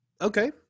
Okay